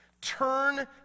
Turn